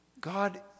God